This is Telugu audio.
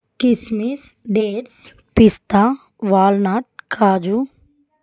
కిస్మిస్ డేట్స్ పిస్తా వాల్నాట్ కాజు